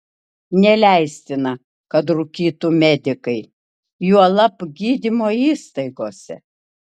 neleistina kad rūkytų medikai juolab gydymo įstaigose